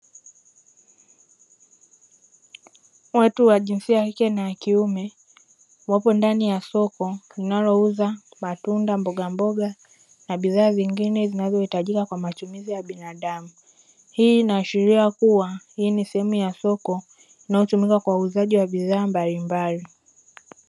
Watu wa jinsia ya kike na ya kiume, wapo ndani ya soko wanalo uza matunda, mbogamboga na bidhaa zingine zinazohitajika kwa matumizi ya binadamu. Hii inaashiria kuwa, hii ni sehemu ya soko linalotumika kwa wauzaji wa bidhaa mbalimbali.